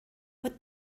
what